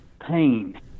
pain